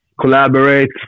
collaborate